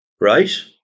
right